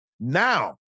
Now